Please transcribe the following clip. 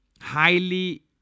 highly